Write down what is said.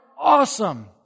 awesome